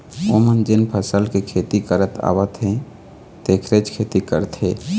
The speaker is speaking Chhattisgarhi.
ओमन जेन फसल के खेती करत आवत हे तेखरेच खेती करथे